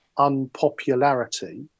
Unpopularity